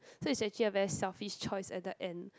so is actually a very selfish choice at the end